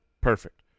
perfect